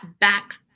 back